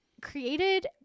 created